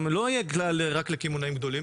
זה לא יהיה כלל רק לקמעונאים גדולים.